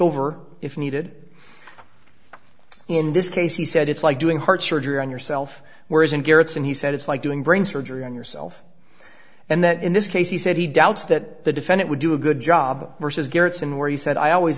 over if needed in this case he said it's like doing heart surgery on yourself whereas in gerritsen he said it's like doing brain surgery on yourself and that in this case he said he doubts that the defendant would do a good job versus gerritsen where he said i always